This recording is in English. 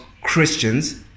Christians